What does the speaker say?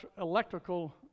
electrical